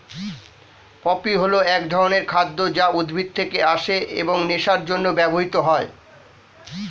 poppy হল এক ধরনের খাদ্য যা উদ্ভিদ থেকে আসে এবং নেশার জন্য ব্যবহৃত হয়